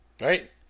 Right